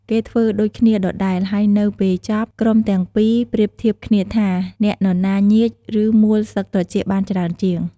គេធ្វើដូចគ្នាដដែល ហើយនៅពេលចប់ ក្រុមទាំងពីរប្រៀបធៀបគ្នាថា អ្នកនរណា ញៀច ឬ មួលស្លឹកត្រចៀកបានច្រើនជាង។